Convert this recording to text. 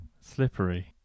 slippery